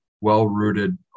well-rooted